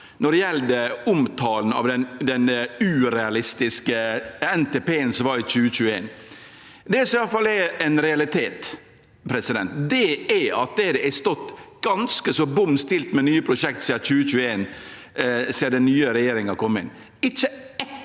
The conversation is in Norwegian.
når det gjeld omtalen av den urealistiske NTP-en frå 2021. Det som i alle fall er ein realitet, er at det har stått ganske så bom stille med nye prosjekt sidan 2021, då den nye regjeringa kom inn.